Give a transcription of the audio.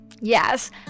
Yes